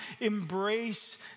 embrace